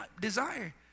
desire